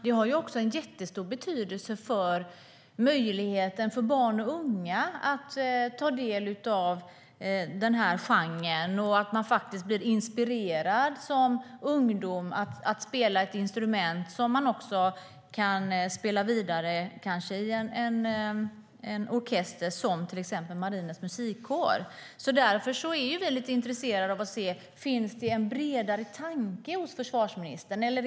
Den har också en jättestor betydelse för ungas möjlighet att ta del av denna genre och bli inspirerade att spela ett instrument och sedan kanske spela vidare i en orkester som Marinens Musikkår. Därför är vi intresserade av att höra om det finns en bredare tanke hos försvarsministern.